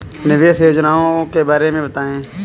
निवेश योजनाओं के बारे में बताएँ?